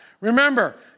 Remember